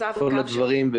כל הדברים.